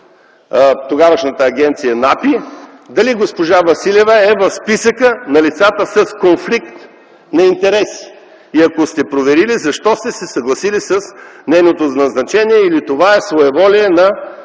тогавашната агенция НАПИ, дали госпожа Василева е в списъка на лицата с конфликт на интереси? И ако сте проверили, защо сте се съгласили с нейното назначение или това е своеволие на